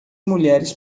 mulheres